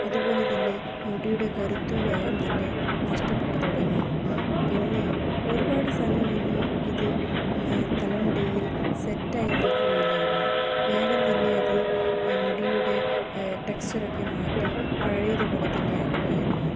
അതുപോലെതന്നെ മുടിയുടെ കരുത്തും വേഗം തന്നെ നഷ്ടപ്പെട്ടു തുടങ്ങി പിന്നെ ഒരുപാട് സമയമൊന്നും ഇത് തലമുടിയിൽ സെറ്റ് ആയി നിൽക്കുകയില്ലായിരുന്നു വേഗം തന്നെ അത് മുടിയുടെ ടെക്സ്ചറൊക്കെ മാറ്റി പഴയതുപോലെ തന്നെ ആക്കുമായിരുന്നു